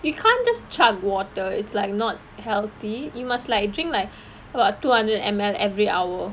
you can't just chug water it's like not healthy you must like drink like about two hundred M_L every hour